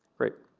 great.